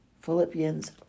Philippians